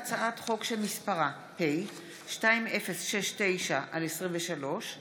הצעת חוק ביטול המינהל האזרחי, התש"ף 2020,